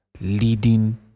Leading